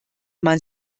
man